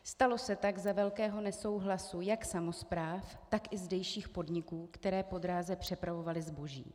Stalo se tak za velkého nesouhlasu jak samospráv, tak i zdejších podniků, které po dráze přepravovaly zboží.